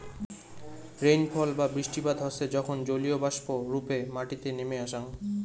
rainfall বা বৃষ্টিপাত হসে যখন জলীয়বাষ্প রূপে মাটিতে নেমে আসাং